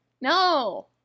No